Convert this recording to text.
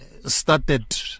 started